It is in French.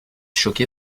choqué